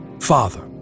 Father